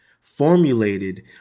formulated